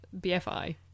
BFI